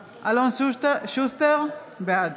(קוראת בשם חבר הכנסת) אלון שוסטר, בעד